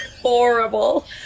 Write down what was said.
horrible